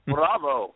Bravo